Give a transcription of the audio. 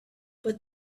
but